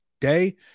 day